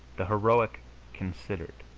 the heroic considered